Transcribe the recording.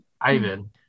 ivan